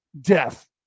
death